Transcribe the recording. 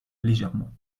légèrement